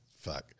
fuck